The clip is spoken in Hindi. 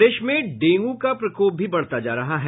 प्रदेश में डेंगू का प्रकोप बढ़ता जा रहा है